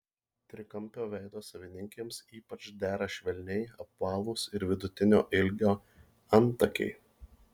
trikampio veido savininkėms ypač dera švelniai apvalūs ir vidutinio ilgio antakiai